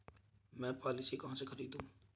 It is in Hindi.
मैं पॉलिसी कहाँ से खरीदूं?